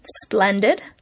splendid